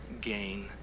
gain